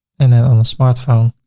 and on the smartphone,